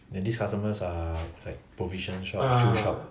then these customers are like provision shop shoe shop